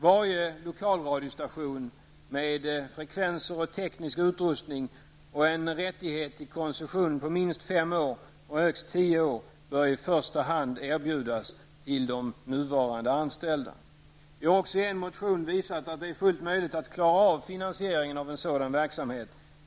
Varje lokalradiostation med frekvenser och teknisk utrustning -- och en rättighet till koncession på minst fem år och högst tio år -- bör i första hand erbjudas till de nuvarande anställda. Vi har också i en motion visat att det är fullt möjligt att klara av finansieringen av en sådan verksamhet.